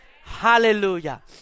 Hallelujah